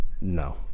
No